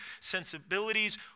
sensibilities